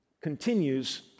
continues